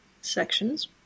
sections